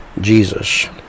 Jesus